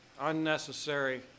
unnecessary